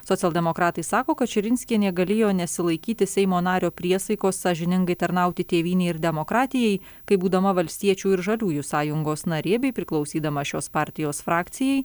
socialdemokratai sako kad širinskienė galėjo nesilaikyti seimo nario priesaikos sąžiningai tarnauti tėvynei ir demokratijai kaip būdama valstiečių ir žaliųjų sąjungos narė bei priklausydama šios partijos frakcijai